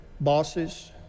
bosses